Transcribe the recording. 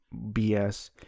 BS